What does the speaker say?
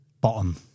Bottom